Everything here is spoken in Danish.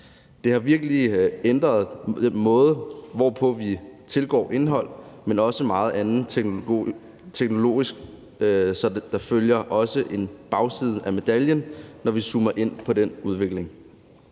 Det har virkelig ændret den måde, hvorpå vi tilgår indhold, men som med så megen anden teknologi følger der også en bagside af medaljen med, når vi zoomer ind på den udvikling.